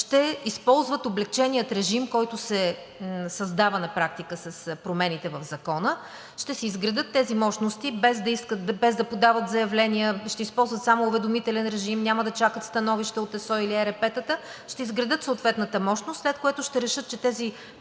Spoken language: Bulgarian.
ще използват облекчения режим, който се създава на практика с промените в Закона, ще се изградят тези мощности, без да подават заявления, ще използват само уведомителен режим – няма да чакат становища от ЕСО или ЕРП тата, ще изградят съответната мощност, след което ще решат, че тези